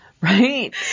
Right